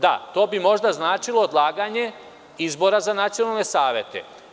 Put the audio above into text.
Da, to bi možda značilo odlaganje izbora za nacionalne savete.